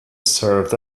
served